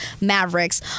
Mavericks